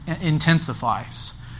intensifies